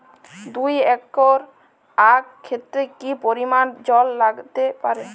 দুই একর আক ক্ষেতে কি পরিমান জল লাগতে পারে?